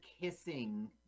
kissing